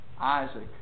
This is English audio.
Isaac